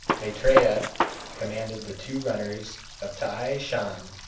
maitreya commanded the two runners of t'ai shan,